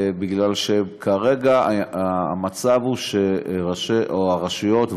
היא מפני שכרגע המצב הוא שהרשויות,